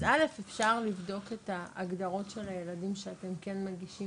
אז א' אפשר לבדוק את ההגדרות של הילדים שאתם כן מגישים